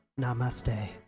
Namaste